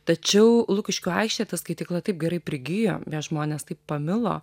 tačiau lukiškių aikštėje ta skaitykla taip gerai prigijo ją žmonės taip pamilo